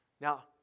Now